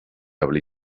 habla